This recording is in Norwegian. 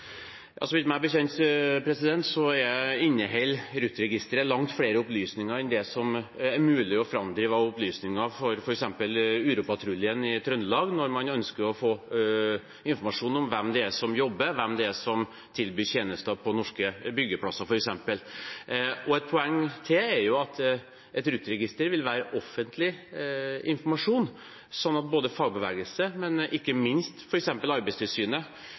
Meg bekjent inneholder RUT-registeret langt flere opplysninger enn det som er mulig å framdrive av opplysninger for f.eks. Uropatruljen i Trøndelag, når man ønsker å få informasjon om hvem som jobber, hvem som f.eks. tilbyr tjenester på norske byggeplasser. Et poeng til er at et RUT-register vil være offentlig informasjon, sånn at både fagbevegelsen og ikke minst Arbeidstilsynet